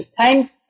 time